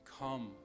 Come